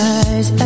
eyes